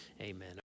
Amen